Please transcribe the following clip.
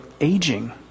aging